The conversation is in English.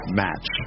match